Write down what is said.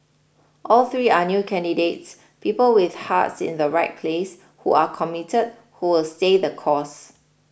all three are new candidates people with hearts in the right place who are committed who will stay the course